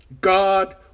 God